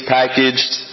packaged